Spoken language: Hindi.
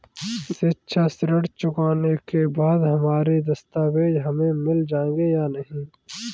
शिक्षा ऋण चुकाने के बाद हमारे दस्तावेज हमें मिल जाएंगे या नहीं?